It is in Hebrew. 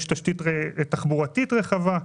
יש תשתית תחבורתית רחבה,